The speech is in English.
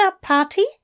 party